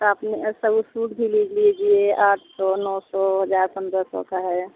आप यह ना सूट भी ले लीजिए आठ सौ नौ सौ हज़ार पंद्रह सौ का है